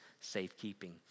safekeeping